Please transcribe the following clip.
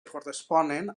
corresponen